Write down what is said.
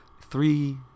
three